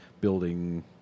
building